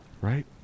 Right